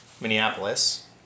Minneapolis